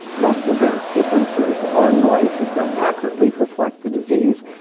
most of the differences are noise that don't accurately reflect the disease.